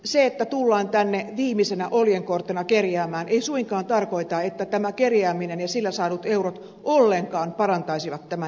se että tullaan tänne viimeisenä oljenkortena kerjäämään ei suinkaan tarkoita että tämä kerjääminen ja sillä saadut eurot ollenkaan parantaisivat tämän ihmisen tilannetta